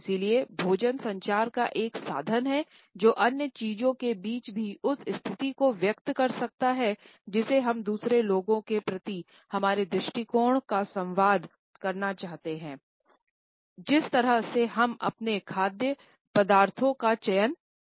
इसलिए भोजन संचार का एक साधन है जो अन्य चीजों के बीच भी उस स्थिति को व्यक्त कर सकता है जिसे हम दूसरे लोगों के प्रति हमारे दृष्टिकोण का संवाद करना चाहते हैं जिस तरह से हम अपने खाद्य पदार्थों का चयन करते हैं